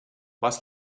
was